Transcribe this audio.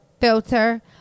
filter